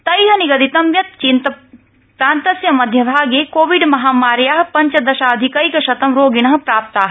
तै निगदितं यत् चीनप्रान्तस्य मध्यभागे कोविड महामार्या पञ्चदशाधिकैकशतं रोगिण प्राप्ता